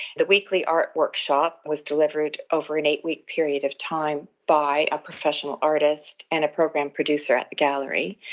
the weekly art workshop was delivered over an eight-week period of time by a professional artist and a program producer at the gallery,